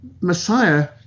Messiah